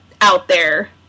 out-there